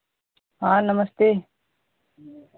हाँ नमस्ते